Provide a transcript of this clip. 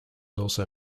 also